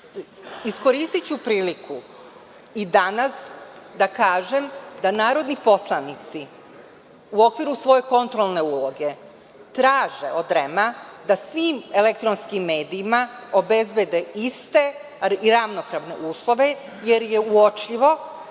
REM-a. Iskoristiću priliku i danas da kažem da narodni poslanici u okviru svoje kontrolne uloge traže od REM-a da svim elektronskim medijima obezbede iste i ravnopravne uslove, jer je uočljivo